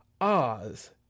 Oz